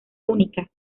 única